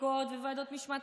לקמפיין ה-MedToo,